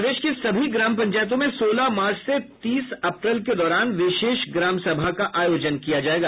प्रदेश की सभी ग्राम पंचायतों में सोलह मार्च से तीस अप्रैल के दौरान विशेष ग्रामसभा का आयोजन किया जायेगा